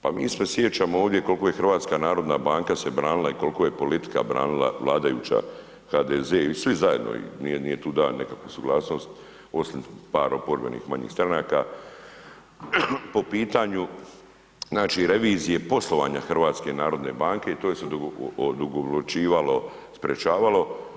Pa mi se sjećamo ovdje koliko je HNB se branila i koliko je politika branila, vladajuća HDZ i svi zajedno, nije tu dao nekakvu suglasnost osim par oporbenih manjih stranaka po pitanju znači revizije poslovanja HNB-a i to se odugovlačilo, sprječavalo.